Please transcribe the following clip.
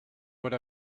what